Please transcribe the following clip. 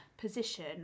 position